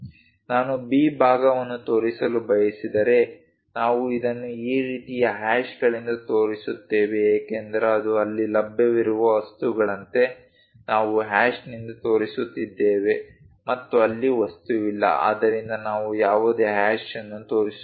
ನಾನು B ಭಾಗವನ್ನು ತೋರಿಸಲು ಬಯಸಿದರೆ ನಾವು ಇದನ್ನು ಈ ರೀತಿಯ ಹ್ಯಾಶ್ಗಳಿಂದ ತೋರಿಸುತ್ತೇವೆ ಏಕೆಂದರೆ ಅದು ಅಲ್ಲಿ ಲಭ್ಯವಿರುವ ವಸ್ತುಗಳಂತೆ ನಾವು ಹ್ಯಾಶ್ನಿಂದ ತೋರಿಸುತ್ತಿದ್ದೇವೆ ಮತ್ತು ಅಲ್ಲಿ ವಸ್ತು ಇಲ್ಲ ಆದ್ದರಿಂದ ನಾವು ಯಾವುದೇ ಹ್ಯಾಶ್ ಅನ್ನು ತೋರಿಸುತ್ತಿಲ್ಲ